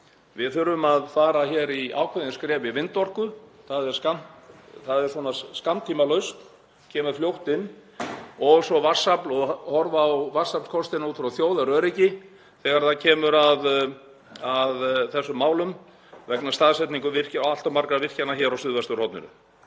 Við þurfum að fara í ákveðin skref í vindorku, það er skammtímalausn sem kemur fljótt inn, og svo vatnsafl og horfa á vatnsaflskostina út frá þjóðaröryggi þegar kemur að þessum málum vegna staðsetningar allt of marga virkjana hér á suðvesturhorninu.